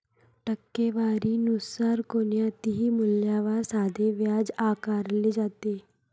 टक्केवारी नुसार कोणत्याही मूल्यावर साधे व्याज आकारले जाते